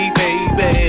baby